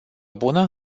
bună